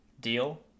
deal